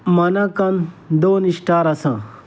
मनाकान दोन स्टार आसा